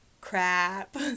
crap